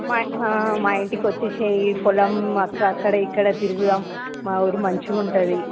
మా మా ఇంటికి వచ్చేసేయి పొలం అక్క అక్కడ ఇక్కడ తిరుగుదాము మా ఊరు మంచిగా ఉంటుంది